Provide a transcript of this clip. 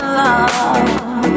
love